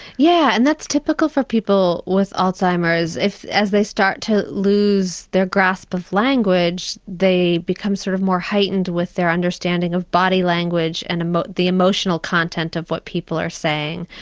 yeah and that's typical for people with alzheimer's. as they start to lose their grasp of language they become sort of more heightened with their understanding of body language and but the emotional content of what people are saying.